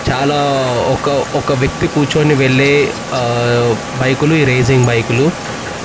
చాలా ఒక ఒక వ్యక్తి కూర్చుని వెళ్ళే బైక్లు ఈ రేసింగ్ బైక్లు